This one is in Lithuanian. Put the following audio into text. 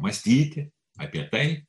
mąstyti apie tai